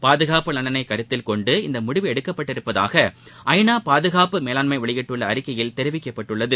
பாகுகாப்பு நலனைகருத்தில்கொண்டு இந்தமுடிவு எடுக்கப்பட்டுள்ளதாகஜநாபாதுகாப்பு மேலாண்மைவெளியிட்டுள்ள அறிக்கையில் தெரிவிக்கப்பட்டுள்ளது